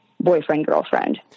boyfriend-girlfriend